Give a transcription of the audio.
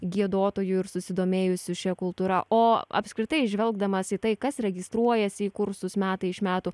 giedotojų ir susidomėjusių šia kultūra o apskritai žvelgdamas į tai kas registruojasi į kursus metai iš metų